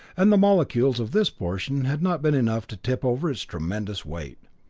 and the molecules of this portion had not been enough to tip over its tremendous weight.